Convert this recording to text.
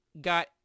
got